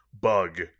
bug